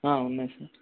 ఉన్నాయి సార్